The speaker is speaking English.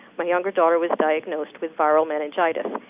my younger daughter was diagnosed with barrow meningitis.